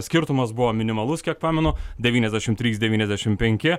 skirtumas buvo minimalus kiek pamenu devyniasdešim trys devyniasdešim penki